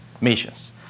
missions